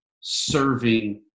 serving